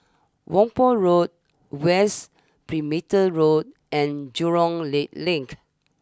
Whampoa Road West Perimeter Road and Jurong Lake Link